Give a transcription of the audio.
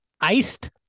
iced